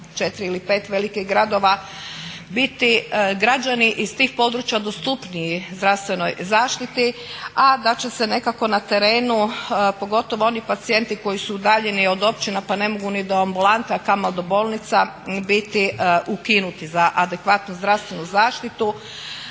4 ili 5 velikih gradova, biti građani iz tih područja dostupniji zdravstvenoj zaštiti, a da će se nekako na terenu pogotovo oni pacijenti koji su udaljeni od općina pa ne mogu ni do ambulanta, a kamoli do bolnica biti ukinuti za adekvatnu zdravstvenu zaštitu.